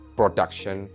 production